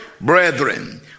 brethren